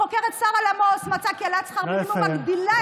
החוקרת שרה למוס מצאה כי העלאת שכר מינימום מגדילה את,